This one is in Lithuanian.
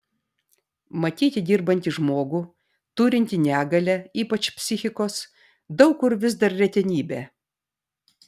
matyti dirbantį žmogų turintį negalią ypač psichikos daug kur vis dar retenybė